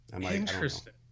interesting